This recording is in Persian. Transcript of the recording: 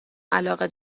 علاقه